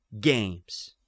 Games